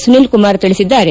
ಸುನೀಲ ಕುಮಾರ್ ತಿಳಿಸಿದ್ದಾರೆ